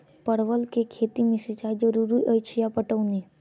परवल केँ खेती मे सिंचाई जरूरी अछि या पटौनी?